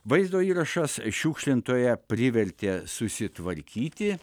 vaizdo įrašas šiukšlintoją privertė susitvarkyti